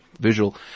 visual